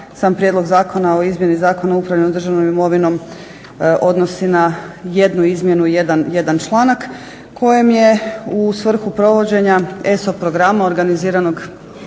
sam Prijedlog zakona o izmjeni Zakona o upravljanju državnom imovinom odnosi na jednu izmjenu i jedan članak kojem je u svrhu provođenja SO programa organiziranog